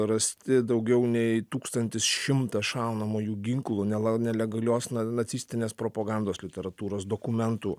rasti daugiau nei tūkstis šimtų šaunamųjų ginklų nelai nelegalios na nacistinės propagandos literatūros dokumentų